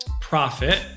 profit